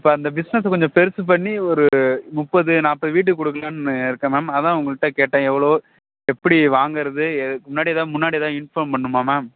இப்போ அந்த பிஸ்னஸை கொஞ்சம் பெருசு பண்ணி ஒரு முப்பது நாற்பது வீட்டுக்கு கொடுக்கலான்னு இருக்கேன் மேம் அதுதான் உங்கள்கிட்ட கேட்டேன் எவ்வளோ எப்படி வாங்கிறது எ இதுக்கு முன்னாடி ஏதாவது முன்னாடி ஏதாவது இன்ஃபார்ம் பண்ணணுமா மேம்